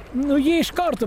nu ji iš karto